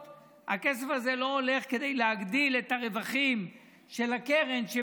הכסף הזה לא הולך כדי להגדיל את הרווחים של הקרן כך